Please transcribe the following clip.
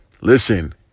Listen